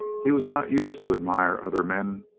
he was not used to admire other men.